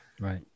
Right